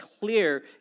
clear